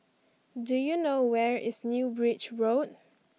do you know where is New Bridge Road